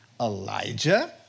Elijah